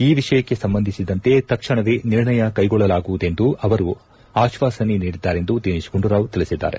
ಈ ವಿಷಯಕ್ಕೆ ಸಂಬಂಧಿಸಿದಂತೆ ತಕ್ಷಣವೇ ನಿರ್ಣಯ ಕೈಗೊಳ್ಳಲಾಗುವುದೆಂದು ಅವರು ಆಶ್ವಾಸನೆ ನೀಡಿದ್ದಾರೆಂದು ದಿನೇಶ್ ಗುಂಡೂರಾವ್ ತಿಳಿಸಿದ್ದಾರೆ